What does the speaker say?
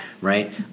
right